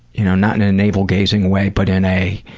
you know, not in a navel-gazing way, but in a,